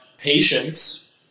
patience